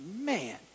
man